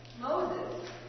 Moses